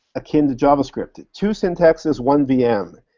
akin to javascript. two syntaxes, one vm,